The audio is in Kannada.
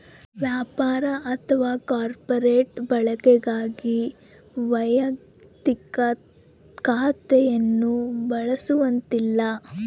ವ್ಯಾಪಾರ ಅಥವಾ ಕಾರ್ಪೊರೇಟ್ ಬಳಕೆಗಾಗಿ ವೈಯಕ್ತಿಕ ಖಾತೆಯನ್ನು ಬಳಸುವಂತಿಲ್ಲ